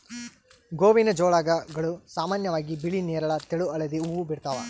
ಗೋವಿನಜೋಳಗಳು ಸಾಮಾನ್ಯವಾಗಿ ಬಿಳಿ ನೇರಳ ತೆಳು ಹಳದಿ ಹೂವು ಬಿಡ್ತವ